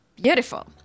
Beautiful